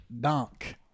donk